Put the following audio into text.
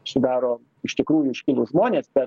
sudaro iš tikrųjų iškilūs žmonės bet